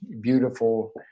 beautiful